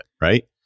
right